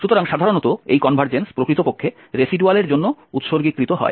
সুতরাং সাধারণত এই কনভারজেন্স প্রকৃতপক্ষে রেসিডুয়ালের জন্য উত্সর্গীকৃত হয়